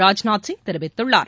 ராஜ்நாத் சிங் தெரிவித்துள்ளார்